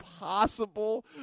Impossible